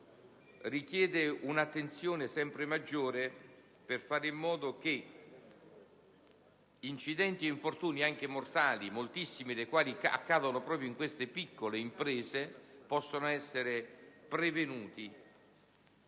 e richiede un'attenzione sempre maggiore per fare in modo che incidenti ed infortuni, anche mortali (moltissimi dei quali accadono proprio nelle piccole imprese) possano essere prevenuti.